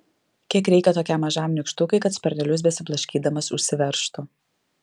kiek reikia tokiam mažam nykštukui kad sparnelius besiblaškydamas užsiveržtų